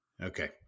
Okay